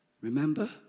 Remember